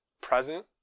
present